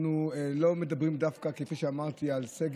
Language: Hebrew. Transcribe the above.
אנחנו לא מדברים דווקא על סגר,